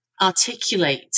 articulate